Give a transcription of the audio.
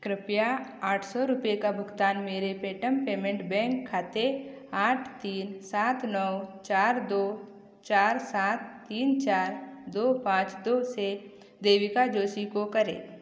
कृपया आठ सौ रुपये का भुगतान मेरे पेटम पेमेंट्स बैंक खाते आठ तीन सात नौ चार दो चार सात तीन चार दो पाँच दो से देविका जोशी को करें